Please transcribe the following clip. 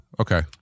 Okay